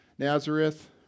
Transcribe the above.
Nazareth